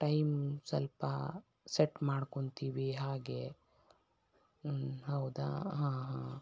time ಸ್ವಲ್ಪ set ಮಾಡ್ಕೊತಿವಿ ಹಾಗೆ ಹ್ಞೂ ಹೌದಾ ಹಾಂ ಹಾಂ ಹಾಂ